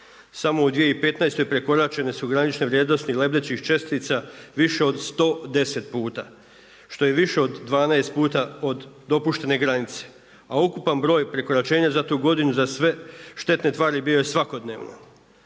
Samo u 2015. prekoračene su granične vrijednosti lebdećih čestica više od 110 puta, što je i više od 12 puta od dopuštene granice. A ukupan broj prekoračenja za tu godinu za sve štetne tvari bio je svakodnevno.